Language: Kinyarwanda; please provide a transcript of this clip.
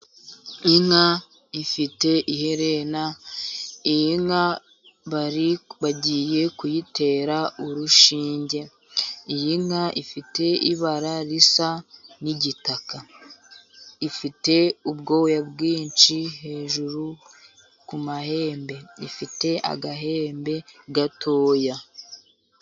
Inka ifite iherena, iyi nka bari bagiye kuyitera urushinge, iyi nka ifite ibara risa n'igitaka, ifite ubwoya bwinshi hejuru ku mahembe, ifite agahembe gatoya.